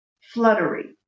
fluttery